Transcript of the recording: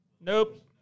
Nope